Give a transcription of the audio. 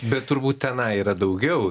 bet turbūt tenai yra daugiau